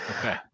Okay